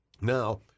Now